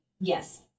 yes